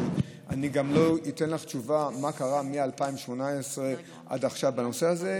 אבל אני גם לא אתן לך תשובה מה קרה מ-2018 עד עכשיו בנושא הזה.